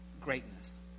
greatness